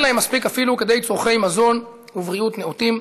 להם מספיק אפילו כדי צורכי מזון ובריאות נאותים,